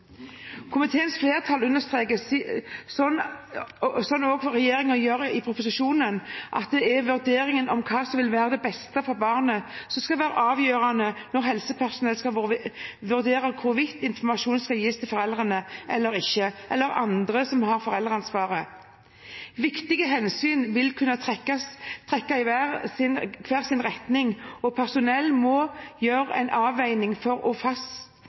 Komiteens flertall understreker, slik også regjeringen gjør i proposisjonen, at det er vurderingen av hva som vil være det beste for barnet, som skal være avgjørende når helsepersonell skal vurdere hvorvidt informasjon skal gis til foreldrene eller ikke, eller til andre som har foreldreansvaret. Viktige hensyn vil kunne trekke i hver sin retning, og personell må gjøre en avveining for å